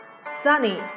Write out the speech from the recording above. Sunny